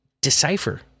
decipher